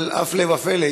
אבל הפלא ופלא,